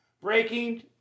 Breaking